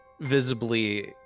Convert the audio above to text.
visibly